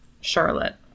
Charlotte